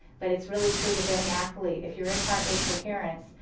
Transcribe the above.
but it's really true with any athlete, if you're in heart rate coherence,